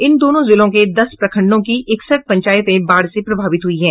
इन दोनों जिलों के दस प्रखंडों की इकसठ पंचायत बाढ़ से प्रभावित हुई हैं